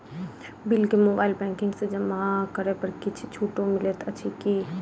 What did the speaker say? Bill केँ mobile banking सँ जमा करै पर किछ छुटो मिलैत अछि की?